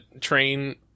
train